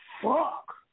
fuck